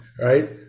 right